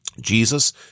Jesus